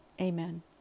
Amen